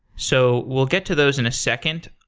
so, we'll get to those in a second.